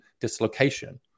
dislocation